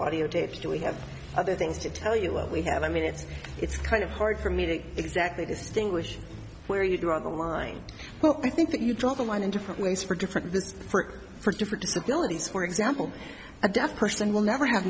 audiotapes do we have other things to tell you what we have i mean it's it's kind of hard for me to exactly distinguish where you draw the line i think that you draw the line in different ways for different groups for for different disabilities for example a deaf person will never have a